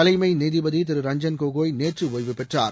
தலைமை நீதிபதி திரு ரஞ்சன் கோகாய் நேற்று ஒய்வு பெற்றார்